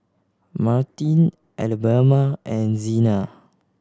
Martine Alabama and Zena